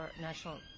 National